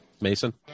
Mason